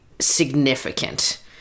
significant